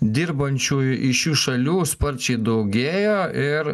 dirbančiųjų iš šių šalių sparčiai daugėjo ir